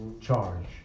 charge